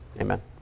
Amen